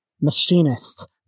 machinist